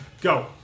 Go